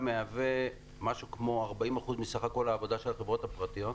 מהווה משהו כמו 40 אחוזים מסך כל העבודה של החברות הפרטיות.